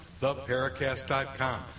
theparacast.com